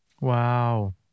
Wow